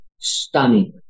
stunning